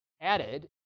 added